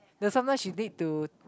the sometime she need to